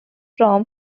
from